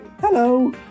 Hello